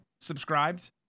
subscribed